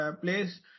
place